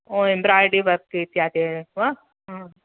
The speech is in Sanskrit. ओ इम्ब्रायडरिवर्क् इत्यादि वा